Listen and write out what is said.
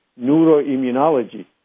neuroimmunology